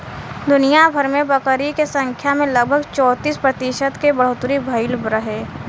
दुनियाभर में बकरी के संख्या में लगभग चौंतीस प्रतिशत के बढ़ोतरी भईल रहे